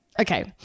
Okay